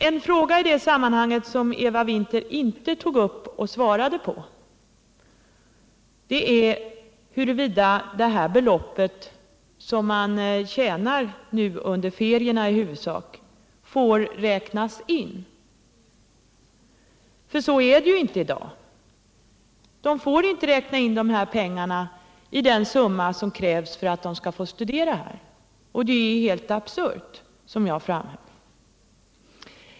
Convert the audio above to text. En fråga i det sammanhanget som Eva Winther inte svarade på är huruvida den inkomst som de studerande får genom i huvudsak feriearbete skall få räknas in i garantibeloppet. Så är det inte i dag — de får inte räkna in dessa pengar iden summa som krävs för att de skall få studera här. Som jag framhöll tidigare är det helt absurt.